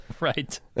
Right